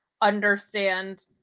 understand